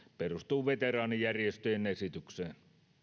perustuu veteraanijärjestöjen esitykseen